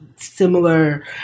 similar